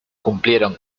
cumplieron